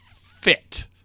fit